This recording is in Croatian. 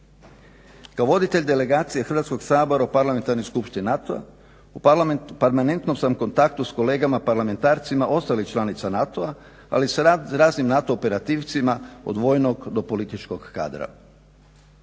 Kao voditelj delegacije Hrvatskog sabora u Parlamentarnoj skupštini NATO-a u permanentnom sam kontaktu sa kolegama parlamentarcima ostalih članica NATO-a, ali i sa raznim NATO operativcima od vojnog do političkog kadra.